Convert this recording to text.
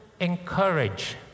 encourage